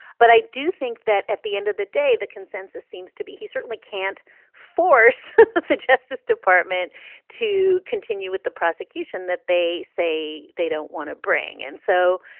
but i do think that at the end of the day, the consensus seems to be he certainly can't force the the justice department to continue with the prosecution that they say they don't want to bring in. and so,